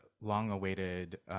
long-awaited